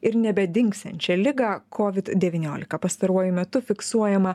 ir nebedingsiančią ligą kovid devyniolika pastaruoju metu fiksuojama